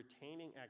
retaining